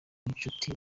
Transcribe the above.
inshuti